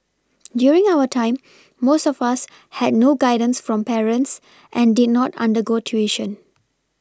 during our time most of us had no guidance from parents and did not undergo tuition